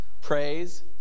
Praise